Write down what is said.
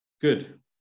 good